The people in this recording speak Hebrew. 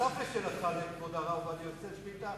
נוסף על שאלתך לכבוד הרב עובדיה יוסף שליט"א,